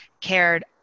cared